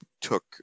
took